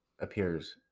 appears